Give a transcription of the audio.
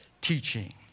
teaching